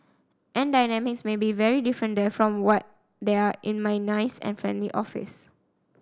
and dynamics may be very different there from what they are in my nice and friendly office